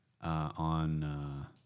On